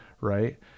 right